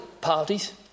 parties